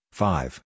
five